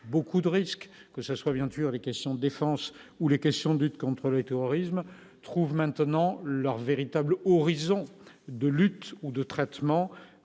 beaucoup de risques, que ça soit bien les questions défense ou les questions de lutte contre les terrorismes trouve maintenant leur véritable horizon de lutte ou de traitement